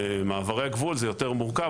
במעברי הגבול זה יותר מורכב,